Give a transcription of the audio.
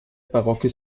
barocke